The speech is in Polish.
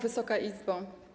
Wysoka Izbo!